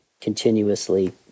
continuously